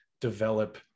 develop